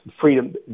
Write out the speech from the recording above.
freedom